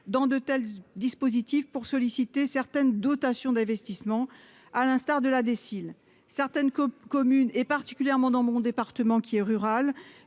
dans de tels dispositifs pour solliciter certaines dotations d'investissement à l'instar de la déciles certaines communes et particulièrement dans mon département qui est rural